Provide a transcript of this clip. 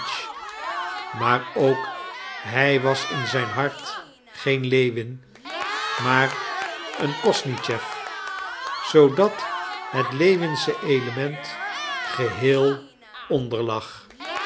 maar ook hij was in zijn hart geen lewin maar een kosnischew zoodat het lewinsche element geheel onderlag